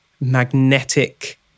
magnetic